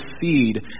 seed